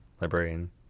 Librarian